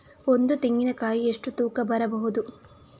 ಒಂದು ತೆಂಗಿನ ಕಾಯಿ ಎಷ್ಟು ತೂಕ ಬರಬಹುದು?